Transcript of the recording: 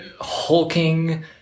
hulking